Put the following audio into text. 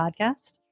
podcast